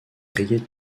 riait